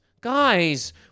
Guys